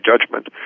judgment